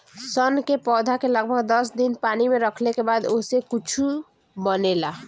सन के पौधा के लगभग दस दिन पानी में रखले के बाद ओसे कुछू बनेला